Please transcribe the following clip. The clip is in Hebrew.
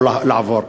או לעבור,